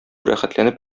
рәхәтләнеп